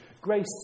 Grace